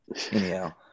Anyhow